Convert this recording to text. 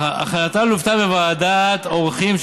הכנתה לוותה בוועדת עורכים,